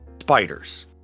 spiders